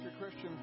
Christian